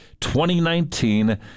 2019